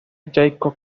jacob